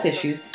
issues